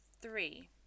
three